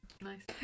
Nice